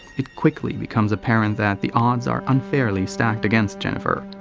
it quickly becomes apparent that the odds are unfairly stacked against jennifer.